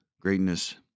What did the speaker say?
greatness